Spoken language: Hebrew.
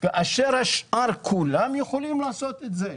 כאשר השאר כולם יכולים לעשות את זה?